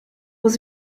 was